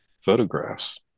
photographs